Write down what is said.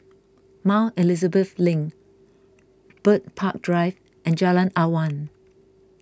Mount Elizabeth Link Bird Park Drive and Jalan Awan